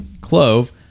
clove